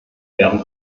werden